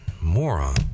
Moron